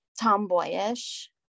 tomboyish